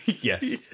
Yes